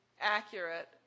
accurate